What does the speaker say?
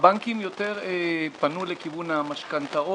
הבנקים יותר פנו לכיוון המשכנתאות,